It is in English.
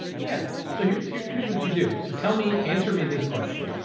yeah, so here's, here's, here's what you do. so tell me, answer me this question.